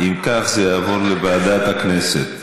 ועדת הכנסת.